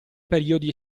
periodi